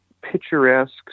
picturesque